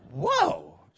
whoa